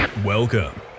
Welcome